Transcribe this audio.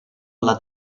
alla